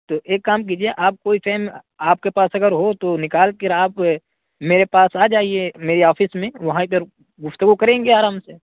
تو ایک کام کیجیے آپ کوئی ٹئم آپ کے پاس اگر ہو تو نکال کر آپ میرے پاس آ جائیے میری آفس میں وہاں اگر گفتگو کریں گے آرام سے